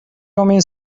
امین